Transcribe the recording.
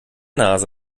nase